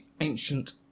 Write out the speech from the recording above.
ancient